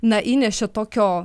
na įnešė tokio